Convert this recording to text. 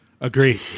Agree